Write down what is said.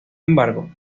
embargo